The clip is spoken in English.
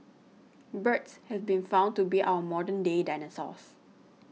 birds has been found to be our modern day dinosaurs